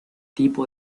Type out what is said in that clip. tipo